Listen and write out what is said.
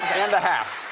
and a half.